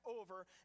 over